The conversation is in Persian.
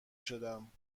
شدم